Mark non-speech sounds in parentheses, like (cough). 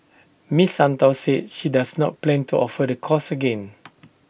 miss Santos said she does not plan to offer the course again (noise)